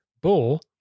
bull